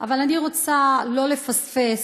אבל אני רוצה לא לפספס,